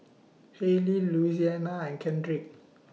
Hailey Louisiana and Kendrick